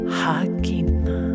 hakina